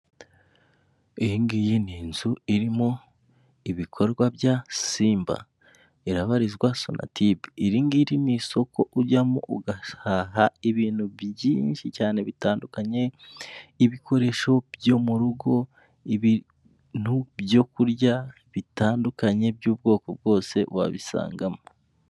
Iyingiyi ni inzu irimo ibikorwa bya simba irabarizwa sonatube iri ngiri ni isoko ujyamo ugahaha ibintu byinshi cyane bitandukanye ibikoresho byo mu rugo ,ibintu byokurya bitandukanye by'ubwoko bwose wabisangamo.